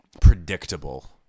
predictable